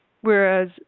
Whereas